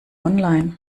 online